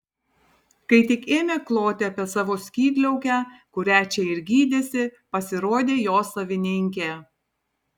kai tik ėmė kloti apie savo skydliaukę kurią čia ir gydėsi pasirodė jo savininkė